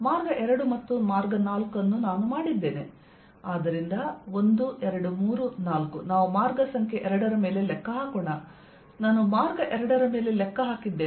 ಮಾರ್ಗ 2 ಮತ್ತು ಮಾರ್ಗ 4 ಅನ್ನು ನಾನು ಮಾಡಿದ್ದೇನೆ ಆದ್ದರಿಂದ 1 2 3 4 ನಾವು ಮಾರ್ಗ ಸಂಖ್ಯೆ 2 ರ ಮೇಲೆ ಲೆಕ್ಕ ಹಾಕೋಣ ನಾನು ಮಾರ್ಗ 2 ರ ಮೇಲೆ ಲೆಕ್ಕ ಹಾಕಿದ್ದೇನೆ